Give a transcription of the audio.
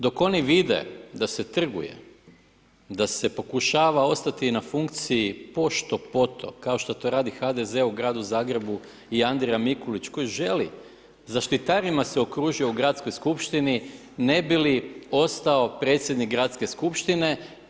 Dok oni vide da se trguje, da se pokušava ostati na funkciji pošto poto kao što to radi HDZ u gradu Zagrebu i Andrija Mikulić koji želi, zaštitarima se okružio u Gradskoj skupštini ne bi li ostao predsjednik Gradske skupštine.